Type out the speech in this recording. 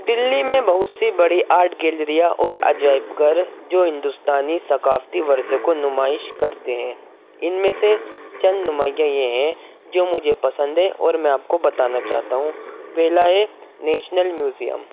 دلی میں بہت سی بڑی آرٹ گیلریاں اور عجائب گھر جو ہندوستانی ثقافتی ورثے کو نمائش کرتے ہیں ان میں سے چند نمائیاں یہ ہیں جو مجھے پسند ہیں اور میں آپ کو بتانا چاہتا ہوں پہلا ہے نیشنل میوزیم